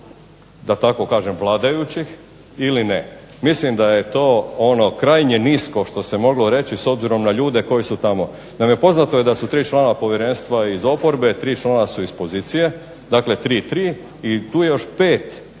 da tako kažem vladajućih ili ne. Mislim da je to ono krajnje nisko što se moglo reći, s obzirom na ljude koji su tamo. Naime poznato je da su tri člana povjerenstva iz oporbe, tri člana su iz pozicije, dakle tri, tri, i tu je još pet